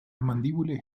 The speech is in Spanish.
mandíbula